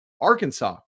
Arkansas